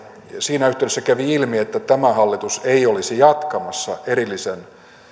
siinä yhteydessä kävi ilmi että tämä hallitus ei olisi jatkamassa